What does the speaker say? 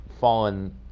fallen